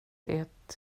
det